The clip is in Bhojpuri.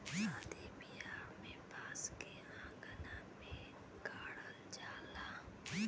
सादी बियाह में बांस के अंगना में गाड़ल जाला